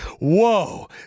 Whoa